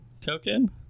token